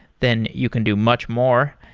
then you can do much more.